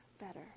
better